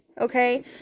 okay